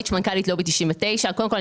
מנכ"לית לובי 99. קודם כל,